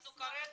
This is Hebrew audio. אנחנו כרגע,